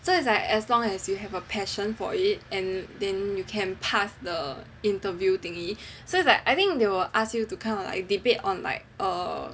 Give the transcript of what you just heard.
so it's like as long as you have a passion for it and then you can pass the interview thingy so it's like I think they will ask you to kind of like debate on like err